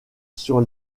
sur